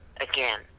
again